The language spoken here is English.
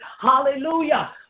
hallelujah